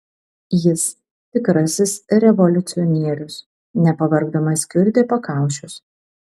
jis tikrasis revoliucionierius nepavargdamas kiurdė pakaušius